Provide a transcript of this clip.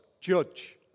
judge